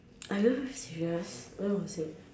are you serious when was it